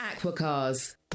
Aquacars